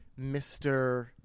Mr